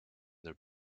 their